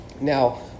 Now